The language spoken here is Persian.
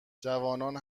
جوانان